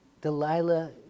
Delilah